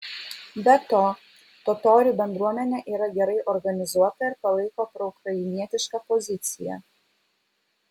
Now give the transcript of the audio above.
be to totorių bendruomenė yra gerai organizuota ir palaiko proukrainietišką poziciją